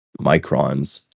microns